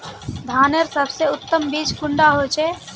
धानेर सबसे उत्तम बीज कुंडा होचए?